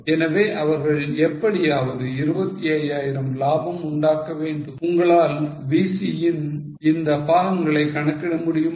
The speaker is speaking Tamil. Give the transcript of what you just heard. எனவே அவர்கள் எப்படியாவது 25000 லாபம் உண்டாக வேண்டும் உங்களால் VC இன் இந்த பாகங்களை கணக்கிட முடியுமா